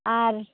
আর